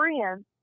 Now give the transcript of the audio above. friends